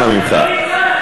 אנא ממך,